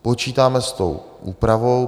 Počítáme s tou úpravou.